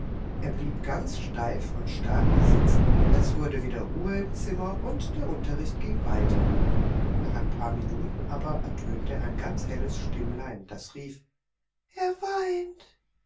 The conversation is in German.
er blieb ganz steif und starr sitzen es wurde wieder ruhe im zimmer und der unterricht ging weiter nach ein paar minuten schon aber ertönte ein ganz helles stimmlein das rief er weint